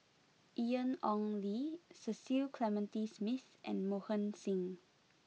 Ian Ong Li Cecil Clementi Smith and Mohan Singh